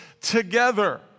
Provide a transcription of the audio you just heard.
together